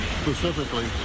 Specifically